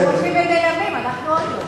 אתם הולכים ונעלמים, אנחנו עוד לא.